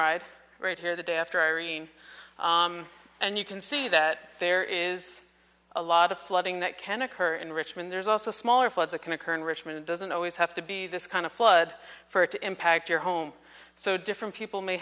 ride right here the day after irene and you can see that there is a lot of flooding that can occur in richmond there's also smaller floods of can occur in richmond doesn't always have to be this kind of flood for it to impact your home so different people may